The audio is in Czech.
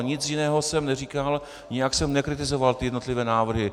Nic jiného jsem neříkal, nijak jsem nekritizoval jednotlivé návrhy.